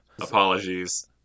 Apologies